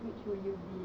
which would you be